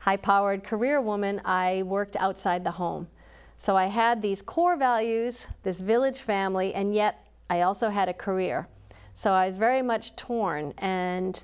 high powered career woman i worked outside the home so i had these core values this village family and yet i also had a career so i was very much torn and